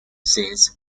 says